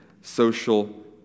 social